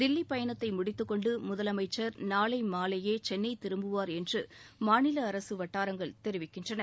தில்லி பயணத்தை முடித்துக் கொண்டு முதலமைச்சர் நாளை மாலையே சென்னை திரும்புவார் என்று மாநில அரசு வட்டாரங்கள் தெரிவிக்கின்றன